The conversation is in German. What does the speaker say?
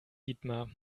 dietmar